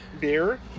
beer